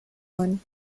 one